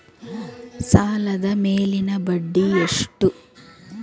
ಸಾಲದ ಮೇಲಿನ ಬಡ್ಡಿ ಎಷ್ಟು?